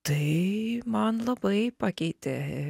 tai man labai pakeitė